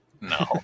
No